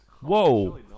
Whoa